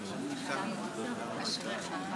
אדוני היושב-ראש,